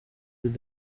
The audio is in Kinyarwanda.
kuri